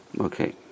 Okay